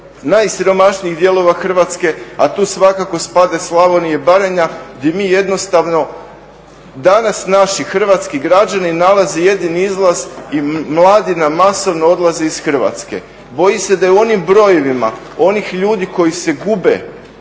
najsiromašnijih dijelova Hrvatske, a tu svako spada Slavonija i Baranja gdje mi jednostavno danas naši hrvatski građani nalazi jedini izlaz i mladi nam masovno odlaze iz Hrvatske. Bojim se da u onim brojevima onih ljudi koji se gube